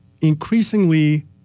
Increasingly